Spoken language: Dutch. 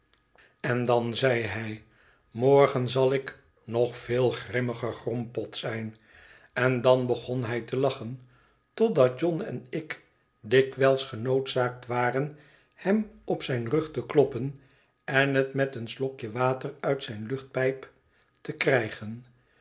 en dan zei hij morgen zal ik nog veel grimmiger grompot zijn en dan begon hij te lachen totdat john en ik dikwijls genoodzaakt waren hem op zijn rug te kloppen en het met een slokje water uit zijne luchtpijp te krijgen